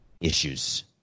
issues